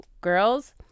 girls